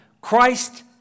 Christ